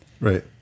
Right